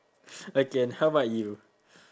okay how about you